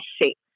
shape